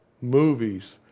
movies